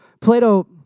Plato